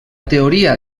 teoria